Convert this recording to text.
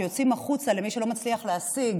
שיוצאים החוצה למי שלא מצליח להשיג